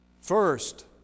First